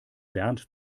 bernd